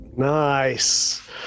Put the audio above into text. Nice